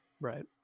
right